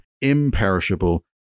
imperishable